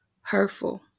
hurtful